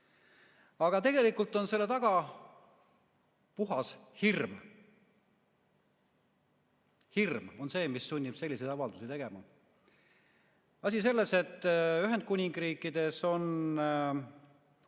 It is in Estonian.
Aga tegelikult on selle taga puhas hirm. Hirm on see, mis sunnib selliseid avaldusi tegema. Asi on selles, et Ühendkuningriigis on